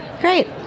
great